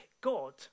God